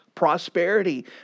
Prosperity